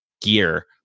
gear